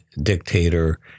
dictator